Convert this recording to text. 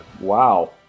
Wow